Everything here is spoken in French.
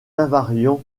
invariants